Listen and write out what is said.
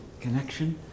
connection